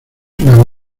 una